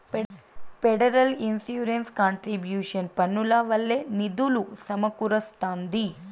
federal insurance contribution పన్నుల వల్లే నిధులు సమకూరస్తాంది